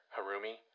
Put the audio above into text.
Harumi